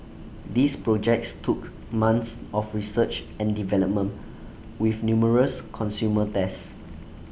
these projects took months of research and development with numerous consumer tests